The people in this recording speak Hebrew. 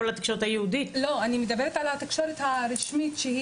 אני מדברת על התקשורת הרשמית.